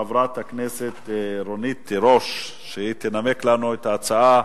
הכנסת רונית תירוש, והיא תנמק לפנינו את ההצעה.